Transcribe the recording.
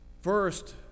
First